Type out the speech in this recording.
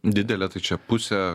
didelę tai čia pusę